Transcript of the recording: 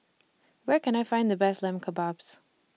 Where Can I Find The Best Lamb Kebabs